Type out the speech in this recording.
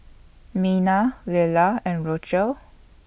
Mina Lela and Rochelle